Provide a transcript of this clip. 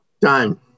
time